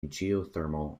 geothermal